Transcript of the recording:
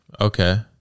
Okay